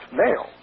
mail